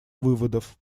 выводов